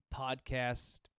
podcast